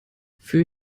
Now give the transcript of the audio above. für